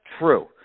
true